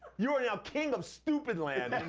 you are now king of stupid land.